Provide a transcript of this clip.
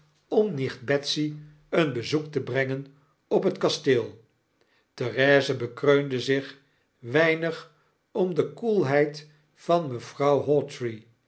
om nicht betsy een bezoek te brengea op het kasteel therese bekreunde zich weinig om de koelheid van mevrouw